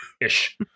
Ish